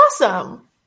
awesome